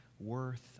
worth